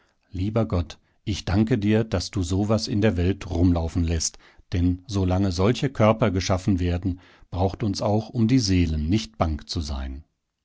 lieber gott ich danke dir daß du so was in der welt rumlaufen läßt denn solange solche körper geschaffen werden braucht uns auch um die seelen nicht bang zu sein